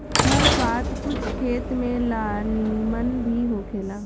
खर पात कुछ खेत में ला निमन भी होखेला